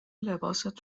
لباست